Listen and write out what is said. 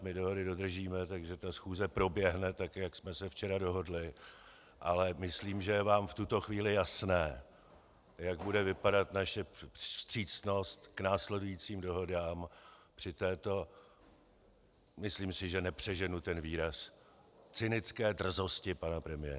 My dohody dodržíme, takže schůze proběhne tak, jak jsme se včera dohodli, ale myslím, že je vám v tuto chvíli jasné, jak bude vypadat naše vstřícnost k následujícím dohodám při této, myslím si, že nepřeženu výraz, cynické drzosti pana premiéra.